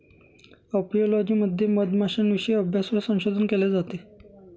apiology मध्ये मधमाश्यांविषयी अभ्यास व संशोधन केले जाते